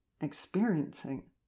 experiencing